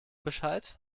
bescheid